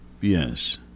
Yes